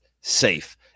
safe